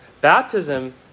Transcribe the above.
Baptism